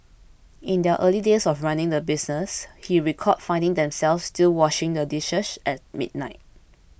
in their early days of running the business he recalled finding themselves still washing the dishes at midnight